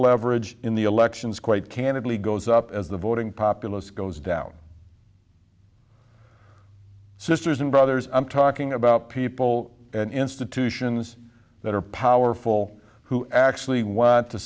leverage in the elections quite candidly goes up as the voting populace goes down sisters and brothers i'm talking about people and institutions that are powerful who actually want to